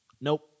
Nope